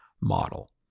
model